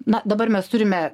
na dabar mes turime